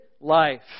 life